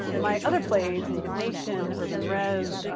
my other plays, native nation, urban rez,